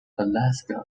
alaska